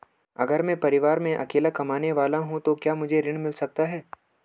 अगर मैं परिवार में अकेला कमाने वाला हूँ तो क्या मुझे ऋण मिल सकता है?